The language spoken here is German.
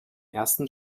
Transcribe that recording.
ersten